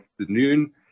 afternoon